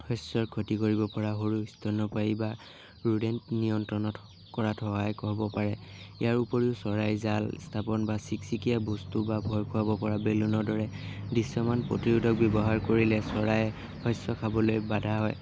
শস্যৰ ক্ষতি কৰিব পৰা সৰু স্তন্যপায়ী বা ৰোডেণ নিয়ন্ত্ৰনত কৰাত সহায়ক কৰিব পাৰে ইয়াৰ উপৰিও চৰাইৰ জাল স্থাপন বা চিক্চিকিয়া বস্তু বা ভয় খুৱাব পৰা বেলুনৰ দৰে দৃশ্যমান প্ৰতিৰোধক ব্যৱহাৰ কৰিলে চৰাই শস্য খাবলৈ বাধা হয়